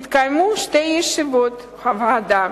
התקיימו שתי ישיבות של הוועדה,